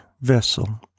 vessel